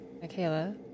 Michaela